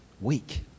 weak